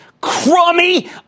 crummy